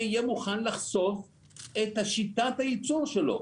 שיהיה מוכן לחשוף את שיטת הייצור שלו.